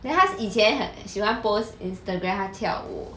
then 他以前很喜欢 post instagram 他跳舞